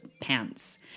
pants